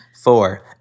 Four